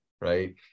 right